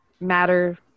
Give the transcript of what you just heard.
matter